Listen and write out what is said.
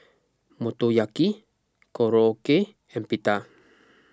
Motoyaki Korokke and Pita